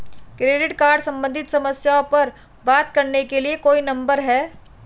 Credit card सम्बंधित समस्याओं पर बात करने के लिए कोई नंबर है?